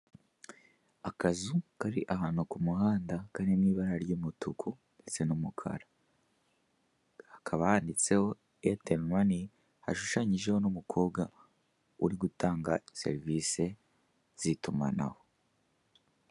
Akazu kari ahantu k'umuhanda kari mwibara ry'umutuku ndetse n'umukara, hakaba handitseho eyaterimani hashushanyijeho n'umukobwa uri gutanga serivise zitumanaho.